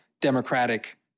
democratic